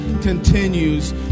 continues